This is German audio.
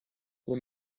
wir